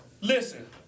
Listen